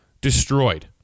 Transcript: destroyed